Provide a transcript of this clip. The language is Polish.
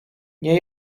nie